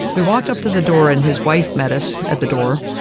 we walked up to the door and his wife met us at the door.